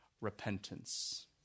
repentance